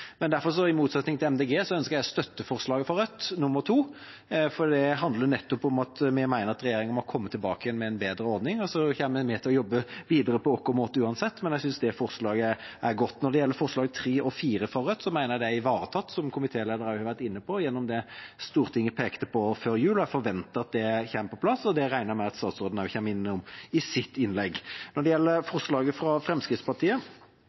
Derfor ønsker vi, i motsetning til Miljøpartiet De Grønne, å støtte forslag nr. 2, fra Rødt, for det handler nettopp om at vi mener at regjeringen må komme tilbake igjen med en bedre ordning. Vi kommer til å jobbe videre på vår måte uansett, men jeg synes det forslaget er godt. Når det gjelder forslagene nr. 3 og 4, fra Rødt, mener jeg at det er ivaretatt – som komitélederen også har vært inne på – gjennom det Stortinget pekte på før jul. Jeg forventer at det kommer på plass, og det regner jeg med at statsråden også kommer innom i sitt innlegg. Når det gjelder forslaget fra Fremskrittspartiet,